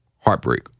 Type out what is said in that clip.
Heartbreak